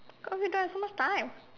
but we don't have so much time